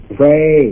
pray